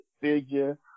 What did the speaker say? figure